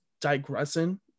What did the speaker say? digressing